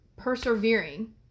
persevering